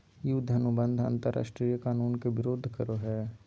युद्ध अनुबंध अंतरराष्ट्रीय कानून के विरूद्ध करो हइ